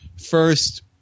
First